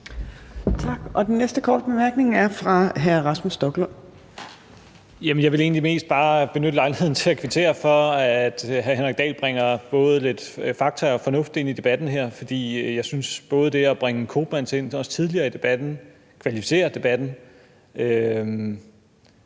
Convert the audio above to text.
mest bare benytte lejligheden til at kvittere for, at hr. Henrik Dahl bringer både lidt fakta og fornuft ind i debatten her, for jeg synes, at det at bringe Koopmans ind, også tidligere, i debatten kvalificerer debatten.